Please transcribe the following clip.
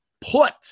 put –